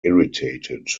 irritated